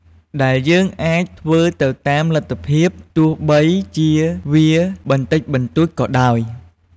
ដែលយើងអាចធ្វើទៅតាមលទ្ធភាព ទោះបីជាវាបន្តិចបន្តួចក៏ដោយ។